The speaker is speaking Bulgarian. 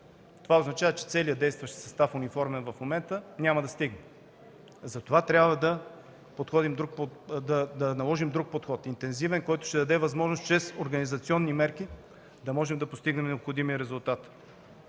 Това означава, че целият действащ униформен състав в момента няма да стигне. Затова трябва да наложим друг подход – интензивен, който ще даде възможност чрез организационни мерки да постигнем необходимия резултат.